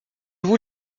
vous